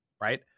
Right